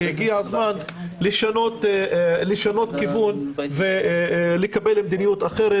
הגיע הזמן לשנות כיוון ולקבל מדיניות אחרת